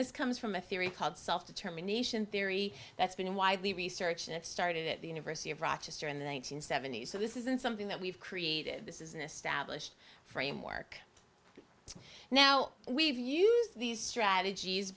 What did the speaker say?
this comes from a theory called self determination theory that's been widely research and it started at the university of rochester in the one nine hundred seventy s so this isn't something that we've created this is an established framework now we've used these strategies